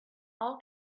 all